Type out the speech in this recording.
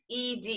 ED